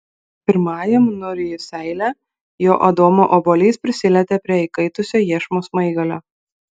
pirmajam nurijus seilę jo adomo obuolys prisilietė prie įkaitusio iešmo smaigalio